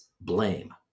blame